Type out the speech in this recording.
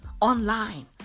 online